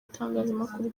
itangazamakuru